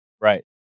Right